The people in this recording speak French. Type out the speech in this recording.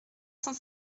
cent